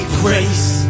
grace